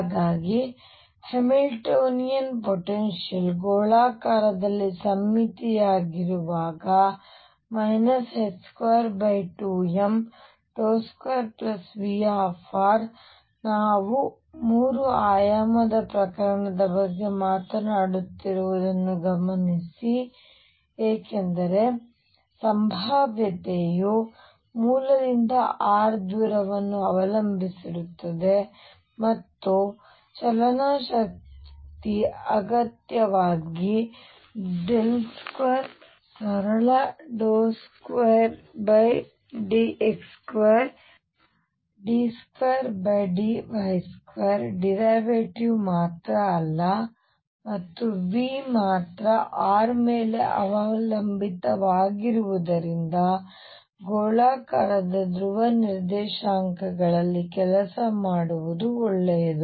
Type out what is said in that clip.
ಆದ್ದರಿಂದ Hamiltonian potential ಗೋಳಾಕಾರದಲ್ಲಿ ಸಮ್ಮಿತೀಯವಾಗಿರುವಾಗ 22m 2V ನಾವು 3 ಆಯಾಮದ ಪ್ರಕರಣದ ಬಗ್ಗೆ ಮಾತನಾಡುತ್ತಿರುವುದನ್ನು ಗಮನಿಸಿ ಏಕೆಂದರೆ ಸಂಭಾವ್ಯತೆಯು ಮೂಲದಿಂದ r ದೂರವನ್ನು ಅವಲಂಬಿಸಿರುತ್ತದೆ ಮತ್ತು ಆದ್ದರಿಂದ ಚಲನ ಶಕ್ತಿ ಅಗತ್ಯವಾಗಿ 2 ಸರಳ d2dx2 d2dy2 ಡೆರಿವೇಟಿವ್ ಮಾತ್ರ ಅಲ್ಲ ಮತ್ತು V ಮಾತ್ರ r ಮೇಲೆ ಅವಲಂಬಿತವಾಗಿರುವುದರಿಂದ ಗೋಲಾಕಾರದ ಧ್ರುವ ನಿರ್ದೇಶಾಂಕಗಳಲ್ಲಿ ಕೆಲಸ ಮಾಡುವುದು ಒಳ್ಳೆಯದು